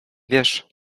wiesz